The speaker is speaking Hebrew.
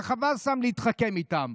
וחבל סתם להתחכם איתם.